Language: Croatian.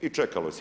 I čekalo se.